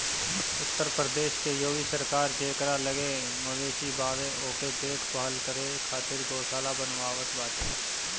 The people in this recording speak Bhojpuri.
उत्तर प्रदेश के योगी सरकार जेकरा लगे मवेशी बावे ओके देख भाल करे खातिर गौशाला बनवावत बाटे